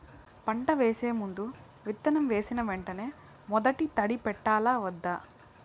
పంట వేసే ముందు, విత్తనం వేసిన వెంటనే మొదటి తడి పెట్టాలా వద్దా?